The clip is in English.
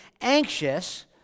anxious